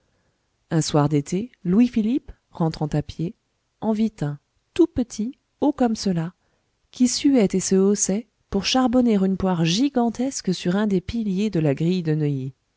un soir d'été louis-philippe rentrant à pied en vit un tout petit haut comme cela qui suait et se haussait pour charbonner une poire gigantesque sur un des piliers de la grille de neuilly